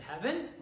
heaven